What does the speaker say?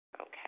okay